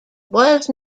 was